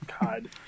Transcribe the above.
God